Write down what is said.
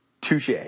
Touche